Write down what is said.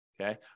Okay